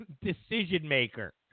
decision-maker